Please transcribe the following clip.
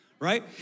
Right